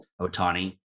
Otani